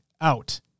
out